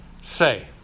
say